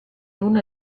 una